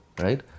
right